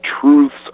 truths